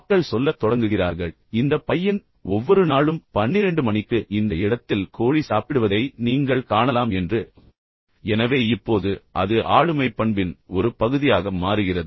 மக்கள் சொல்லத் தொடங்குகிறார்கள் இந்த பையன் ஒவ்வொரு நாளும் பன்னிரண்டு மணிக்கு இந்த இடத்தில் கோழி சாப்பிடுவதை நீங்கள் காணலாம் என்று எனவே இப்போது அது ஆளுமைப் பண்பின் ஒரு பகுதியாக மாறுகிறது